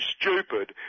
stupid